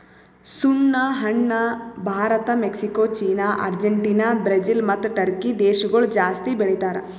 ಸುಣ್ಣ ಹಣ್ಣ Bharat, Mexico, China, Argentina, Brazil ಮತ್ತ ಟರ್ಕಿ ದೇಶಗೊಳ್ ಜಾಸ್ತಿ ಬೆಳಿತಾರ್